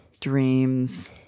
Dreams